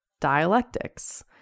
dialectics